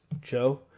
Joe